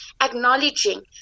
acknowledging